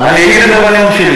אני אגיד את זה בנאום שלי,